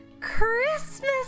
Christmas